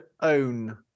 own